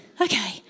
okay